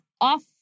off